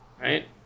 right